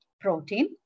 protein